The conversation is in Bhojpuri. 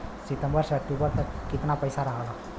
सितंबर से अक्टूबर तक कितना पैसा रहल ह?